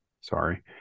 sorry